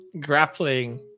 grappling